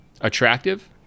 attractive